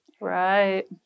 right